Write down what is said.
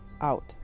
out